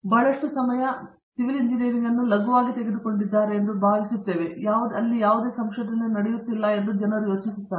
ಬಹಳಷ್ಟು ಸಮಯ ಜನರು ಸಿವಿಲ್ ಎಂಜಿನಿಯರಿಂಗ್ ಅನ್ನು ಲಘುವಾಗಿ ತೆಗೆದುಕೊಂಡಿದ್ದಾರೆ ಎಂದು ನಾವು ಭಾವಿಸುತ್ತೇವೆ ಮತ್ತು ಯಾವುದೇ ಸಂಶೋಧನೆ ನಡೆಯುತ್ತಿಲ್ಲ ಎಂದು ಅವರು ಯೋಚಿಸುತ್ತಾರೆ